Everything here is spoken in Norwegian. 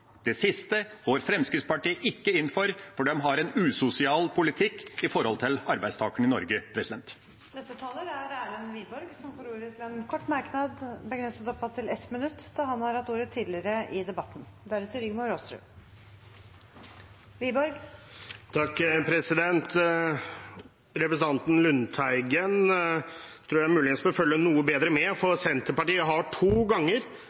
Det siste går Fremskrittspartiet ikke inn for, for de har en usosial politikk når det gjelder arbeidstakerne i Norge. Representanten Erlend Wiborg har hatt ordet to ganger tidligere og får ordet til en kort merknad, begrenset til 1 minutt. Representanten Lundteigen bør muligens følge noe bedre med, for Senterpartiet har to ganger stemt ned Fremskrittspartiets forslag om å bedre permitteringsreglene. Vi har foreslått å gå fra ti til to